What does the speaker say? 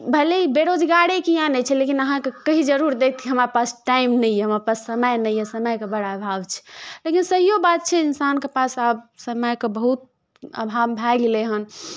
भले ही बेरोजगारे किए नहि छै लेकिन अहाँके कहि जरूर देत हमरा पास टाइम नहि यऽ हमरा पास समय नहि ये समयके बड़ अभाव छै लेकिन सहिओ बात छै इंसानके पास आब समयके बहुत अभाव भए गेले हन